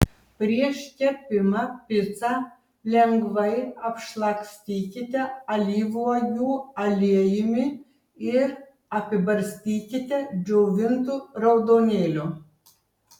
prieš kepimą picą lengvai apšlakstykite alyvuogių aliejumi ir apibarstykite džiovintu raudonėliu